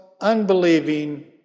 unbelieving